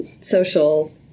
social